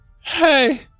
Hey